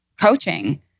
coaching